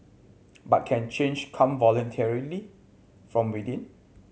but can change come voluntarily from within